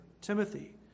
Timothy